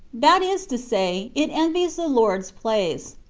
that is to say, it envies the lord's place.